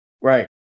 Right